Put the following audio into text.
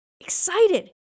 excited